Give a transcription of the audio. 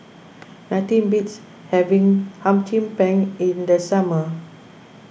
nothing beats having Hum Chim Peng in the summer